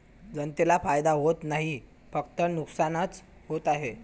जनतेला फायदा होत नाही, फक्त नुकसानच होत आहे